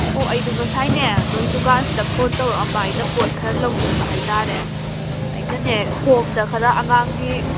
ꯑꯣ ꯑꯩꯗꯨ ꯉꯁꯥꯏꯅꯦ ꯅꯣꯏ ꯗꯨꯀꯥꯟꯁꯤꯗ ꯐꯣꯟ ꯇꯧꯔꯛꯑꯝꯕ ꯑꯩꯅ ꯄꯣꯠ ꯈꯔ ꯂꯧꯅꯤꯡꯕ ꯍꯥꯏꯇꯥꯔꯦ ꯑꯩꯅꯅꯦ ꯍꯣꯝꯗ ꯈꯔ ꯑꯉꯥꯡꯒꯤ